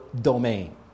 domain